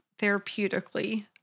therapeutically